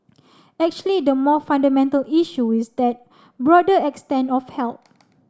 actually the more fundamental issue is that broader extent of help